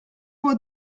può